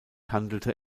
handelte